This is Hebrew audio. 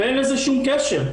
ואין לזה שום קשר.